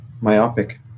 myopic